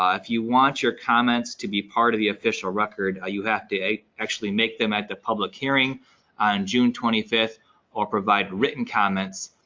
ah if you want your comments to be part of the official record, you have to actually make them at the public hearing on june twenty fifth or provide written comments